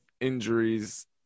injuries